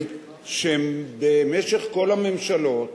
שבמשך כל הממשלות